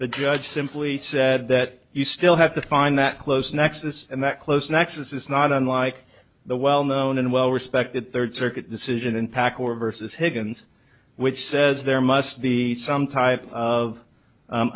the judge simply said that you still have to find that close nexus and that close nexus is not unlike the well known and well respected third circuit decision in pack or versus higgens which says there must be some type of